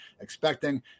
expecting